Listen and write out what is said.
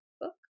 book